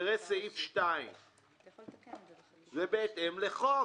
תראה את סעיף 2. זה בהתאם לחוק.